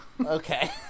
Okay